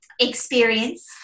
experience